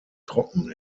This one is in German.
trocken